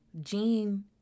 Gene